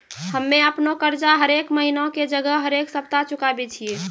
हम्मे अपनो कर्जा हरेक महिना के जगह हरेक सप्ताह चुकाबै छियै